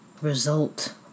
result